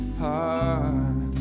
heart